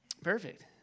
Perfect